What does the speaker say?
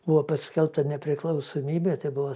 buvo paskelbta nepriklausomybė tebuvo